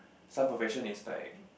some profession is like